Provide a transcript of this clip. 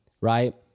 right